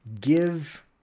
give